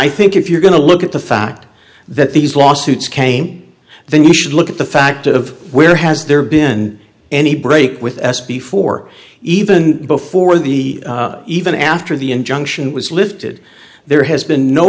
i think if you're going to look at the fact that these lawsuits came then you should look at the fact of where has there been any break with us before even before the even after the injunction was lifted there has been no